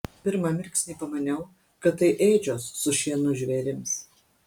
pirmą mirksnį pamaniau kad tai ėdžios su šienu žvėrims